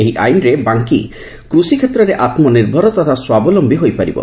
ଏହି ଆଇନ୍ରେ ବାଙ୍କି କୃଷିକ୍ଷେତ୍ରରେ ଆମ୍ନିର୍ଭର ତଥା ସ୍ୱାବଲମ୍ନୀ ହୋଇପାରିବ